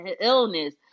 illness